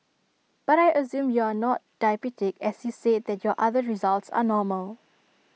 but I assume you are not diabetic as you said that your other results are normal